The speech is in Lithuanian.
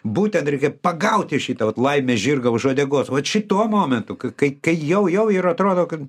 būtent reikia pagauti šitą vat laimės žirgą už uodegos vat šituo momentu kai kai jau jau ir atrodo kad